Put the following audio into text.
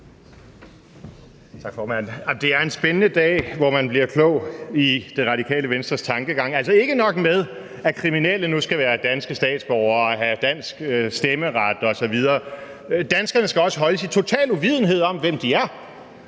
Det er en spændende dag, hvor man bliver klog på Det Radikale Venstres tankegang. Altså, ikke nok med, at kriminelle nu skal være danske statsborgere og have dansk stemmeret osv., så skal danskerne også holdes i total uvidenhed om, hvem de er.